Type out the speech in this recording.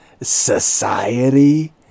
society